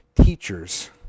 teachers